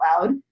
loud